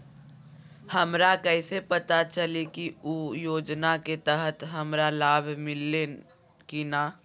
हमरा कैसे पता चली की उ योजना के तहत हमरा लाभ मिल्ले की न?